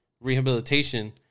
rehabilitation